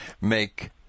make